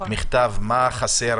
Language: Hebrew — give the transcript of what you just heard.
מה חסר,